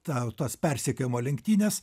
tą tas persekiojimo lenktynes